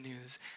news